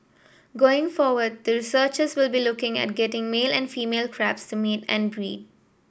going forward the researchers will be looking at getting male and female crabs to mate and breed